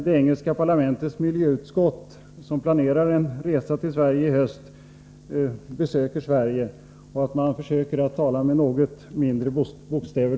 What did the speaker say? Det engelska parlamentets miljöutskott planerar en resa till Sverige i höst, och jag hoppas att man då intar en annan attityd till frågan från svensk sida och försöker tala med något mindre bokstäver.